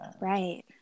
Right